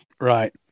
Right